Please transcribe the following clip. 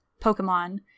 Pokemon